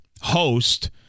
host